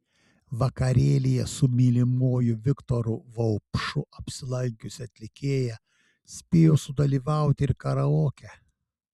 vakarėlyje su mylimuoju viktoru vaupšu apsilankiusi atlikėja spėjo sudalyvauti ir karaoke